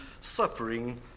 suffering